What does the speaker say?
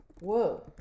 Whoa